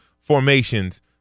formations